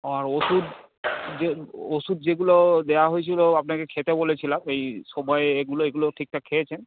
আর ওষুধ যে ওষুধ যেগুলো দেওয়া হয়েছিলো আপনাকে খেতে বলেছিলাম এই সময় এগুলো এইগুলো ঠিকঠাক খেয়েছেন